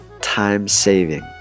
Time-saving